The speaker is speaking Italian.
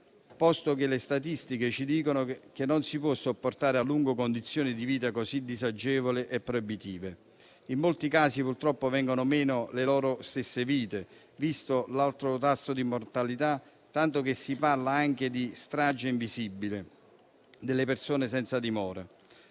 posto che le statistiche ci dicono che non si possono sopportare a lungo condizioni di vita così disagevoli e proibitive. In molti casi purtroppo vengono meno le loro stesse vite, visto l'alto tasso di mortalità, tanto che si parla anche di strage invisibile delle persone senza dimora.